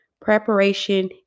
Preparation